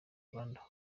rwanda